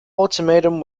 ultimatum